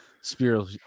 spiritual